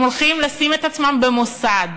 הם הולכים לשים את עצמם במוסד.